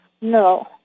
No